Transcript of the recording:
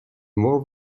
more